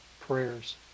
prayers